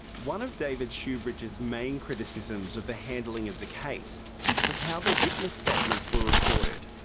one of david shoebridge's main criticisms of the handling of the case was how the witness statements were recorded,